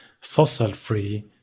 fossil-free